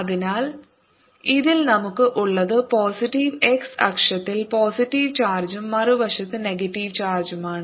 അതിനാൽ ഇതിൽ നമുക്ക് ഉള്ളത് പോസിറ്റീവ് x അക്ഷത്തിൽ പോസിറ്റീവ് ചാർജും മറുവശത്ത് നെഗറ്റീവ് ചാർജുമാണ്